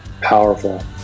Powerful